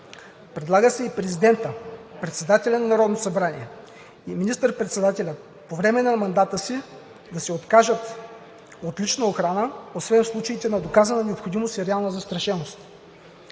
Предлага се и президентът, председателят на Народното събрание и министър-председателят по време на мандата си да могат да се откажат от лична охрана, освен в случаите на доказана необходимост и реална застрашеност.